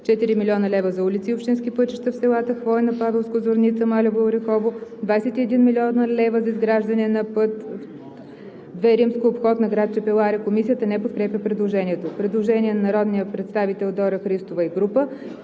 4 млн. лв. – за улици и общински пътища в селата Хвойна, Павелско, Зорница, Малево и Орехово; - 21 млн. лв. – за изграждане на път II – обход на град Чепеларе.“ Комисията не подкрепя предложението. Предложение на народния представител Дора Христова и група: